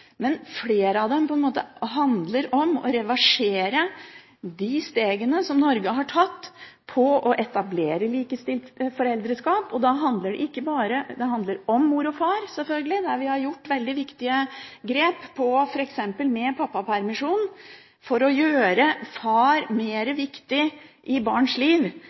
Norge har tatt når det gjelder å etablere likestilt foreldreskap. Da handler det selvfølgelig om mor og far – der vi f.eks. har gjort veldig viktige grep når det gjelder pappapermisjonen, for å gjøre far mer viktig i barns liv